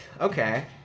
Okay